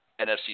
NFC